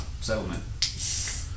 settlement